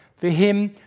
for him,